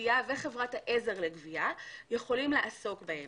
הגבייה וחברת העזר לגבייה יכולים לעסוק בהם.